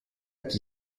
qui